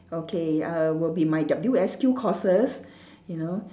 okay uh will be my W_S_Q courses you know